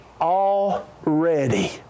already